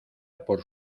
por